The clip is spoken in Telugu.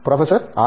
professor R